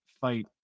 fight